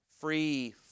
free